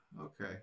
Okay